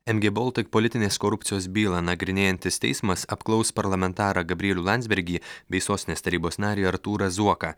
mg boltik politinės korupcijos bylą nagrinėjantis teismas apklaus parlamentarą gabrielių landsbergį bei sostinės tarybos narį artūrą zuoką